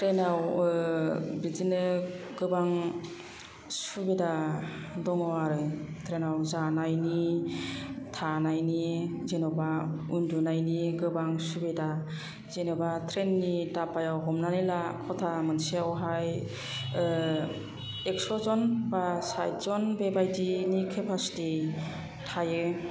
ट्रेनाव बिदिनो गोबां सुबिदा दङ आरो जेराव जानायनि थानायनि जेन'बा उन्दुनायनि गोबां सुबिदा जेन'बा ट्रेन नि दाब्बायाव हमनानै ला खथा मोनसेयावहाय एकसजन बा सायेतजन बेबायदिनि केपासिटि थायो